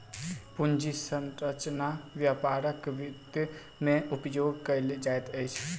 पूंजी संरचना व्यापारक वित्त में उपयोग कयल जाइत अछि